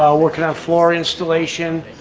ah working on floor installation,